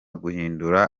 guhindura